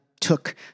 took